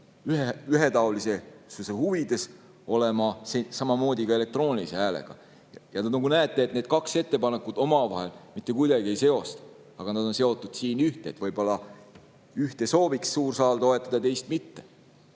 ühetaolisuse huvides olema samamoodi ka elektroonilise häälega. Te näete, et need kaks ettepanekut omavahel mitte kuidagi ei seostu. Aga nad on seotud siin ühte. Võib-olla ühte sooviks suur saal toetada, aga teist